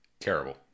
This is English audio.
Terrible